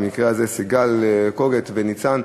במקרה הזה סיגל קוגוט וניצן,